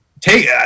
take